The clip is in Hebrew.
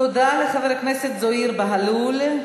תודה לחבר הכנסת זוהיר בהלול.